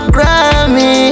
Grammy